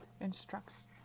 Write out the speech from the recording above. instructs